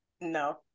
No